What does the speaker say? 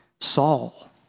Saul